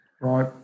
right